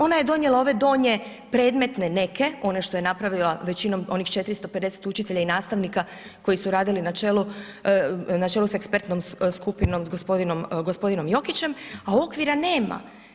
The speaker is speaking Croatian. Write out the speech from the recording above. Ona je donijela ove donje predmetne neke, one što je napravila većinom, onih 450 učitelja i nastavnika koji su radili na čelu, na čelu sa ekspertnom skupinom sa g. Jokićem a okvira nema.